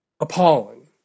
appalling